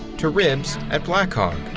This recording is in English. to ribs at black hog.